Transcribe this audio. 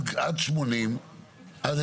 לא